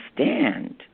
understand